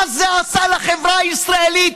מה זה עשה לחברה הישראלית,